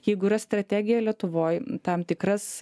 jeigu yra strategija lietuvoj tam tikras